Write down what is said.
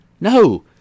No